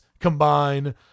combine